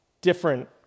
different